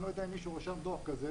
אני לא יודע אם מישהו רשם דוח כזה.